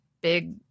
big